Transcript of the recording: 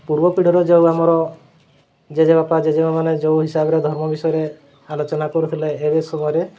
ପୂର୍ବ ପିଢ଼ିରେ ଯେଉଁ ଆମର ଜେଜେ ବାପା ଜେଜେ ମା'ମାନେ ଯେଉଁ ହିସାବରେ ଧର୍ମ ବିଷୟରେ ଆଲୋଚନା କରୁଥିଲେ ଏବେ ସମୟରେ